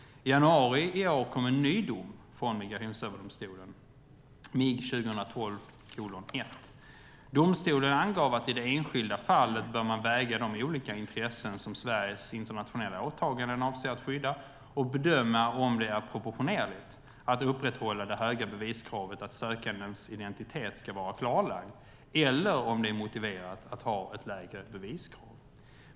I januari i år kom en ny dom från Migrationsöverdomstolen, MIG 2012:1. Domstolen angav att i det enskilda fallet bör man väga de olika intressen som Sveriges internationella åtaganden avser att skydda och bedöma om det är proportionerligt att upprätthålla det höga beviskravet att sökandens identitet ska vara klarlagd eller om det är motiverat att ha ett lägre beviskrav.